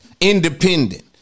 independent